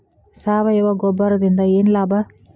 ಸಾವಯವ ಗೊಬ್ಬರದಿಂದ ಏನ್ ಲಾಭ?